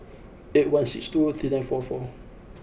eight one six two three nine four four